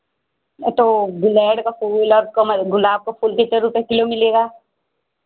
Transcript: तो गुलहर का फूल और कमल गुलाब का फूल कितने रुपये किलो मिलेगा